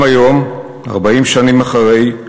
גם היום, 40 שנים אחרי,